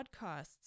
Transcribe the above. podcasts